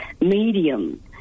medium